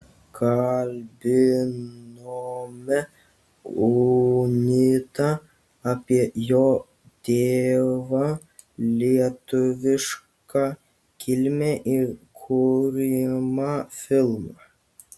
kalbinome unitą apie jo tėvą lietuvišką kilmę ir kuriamą filmą